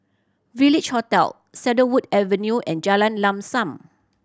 Village Hotel Cedarwood Avenue and Jalan Lam Sam